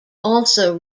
also